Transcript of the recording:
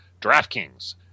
DraftKings